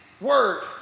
word